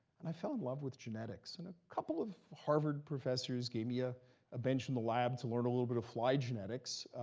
and i fell in love with genetics. and a couple of harvard professors gave me ah a bench in the lab to learn a little bit of fly genetics.